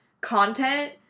content